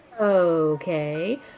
Okay